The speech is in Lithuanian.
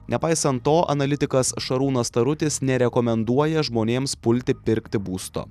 nepaisant to analitikas šarūnas tarutis nerekomenduoja žmonėms pulti pirkti būsto